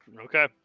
Okay